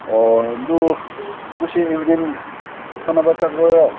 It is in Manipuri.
ꯑꯣ ꯑꯗꯨ ꯉꯁꯤ ꯏꯚꯤꯅꯤꯡ ꯁꯥꯟꯅꯕ ꯆꯠꯀꯗꯣꯏꯔꯣ